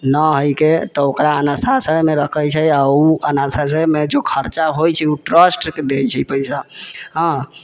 नहि हइके तऽ ओकरा अनाथ आश्रयमे रखै छै आओर उ अनाथ आश्रयमे जे खर्चा होइ छै उ ट्रस्ट दैछै पैसा हँ